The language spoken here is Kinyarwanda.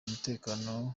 umutekano